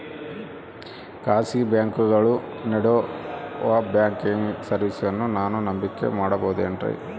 ಖಾಸಗಿ ಬ್ಯಾಂಕುಗಳು ನೇಡೋ ಬ್ಯಾಂಕಿಗ್ ಸರ್ವೇಸಗಳನ್ನು ನಾನು ನಂಬಿಕೆ ಮಾಡಬಹುದೇನ್ರಿ?